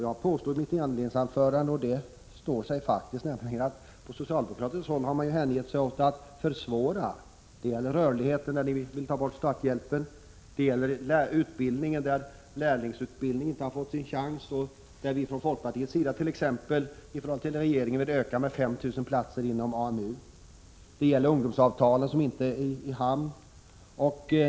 Jag påstod i mitt inledningsanförande — och det står fast — att på socialdemokratiskt håll har man hängett sig åt att i vissa fall försvåra förhållandena. Det gäller rörligheten, där ni vill ta bort starthjälpen. Det gäller utbildningen — lärlingsutbildningen har inte fått sin chans. Vi föreslår en utökning med 5 000 platser inom AMU i förhållande till regeringens förslag. Det gäller det ungdomsavtalet, som inte är i hamn.